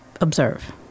observe